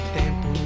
tempo